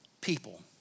people